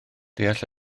deall